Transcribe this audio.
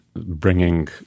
bringing